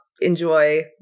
enjoy